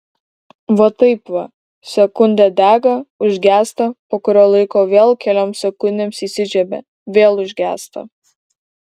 va taip va sekundę dega užgęsta po kurio laiko vėl kelioms sekundėms įsižiebia vėl užgęsta